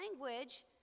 language